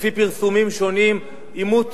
ולפי פרסומים שונים, עימות